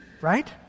right